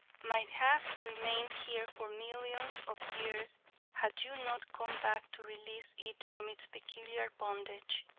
might have remained here for millions of years had you not come back to release it from its peculiar bondage.